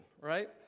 right